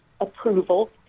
approval